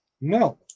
No